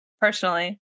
personally